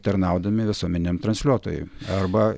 tarnaudami visuomeniniam transliuotojui arba